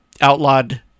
outlawed